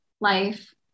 life